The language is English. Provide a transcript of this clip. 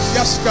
Yes